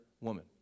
woman